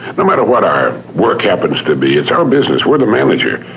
no matter what our work happens to be, it's our business, we're the manager.